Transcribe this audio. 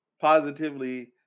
positively